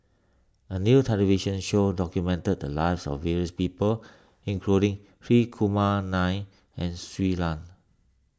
a new television show documented the lives of various people including Hri Kumar Nair and Shui Lan